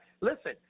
Listen